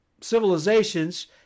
civilizations